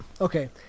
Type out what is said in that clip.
okay